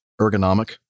ergonomic